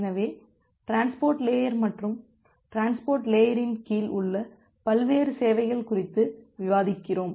எனவே transport layer மற்றும் transport லேயரின் கீழ் உள்ள பல்வேறு சேவைகள் குறித்து விவாதிக்கிறோம்